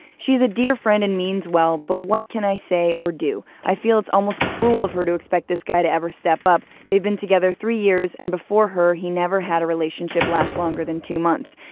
she's a dear friend and means well. but what can i say? or do i feel it's almost cruel of her to expect this guy to ever step up? they've been together three years, and before her he never had a relationship last longer than two months.